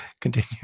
continue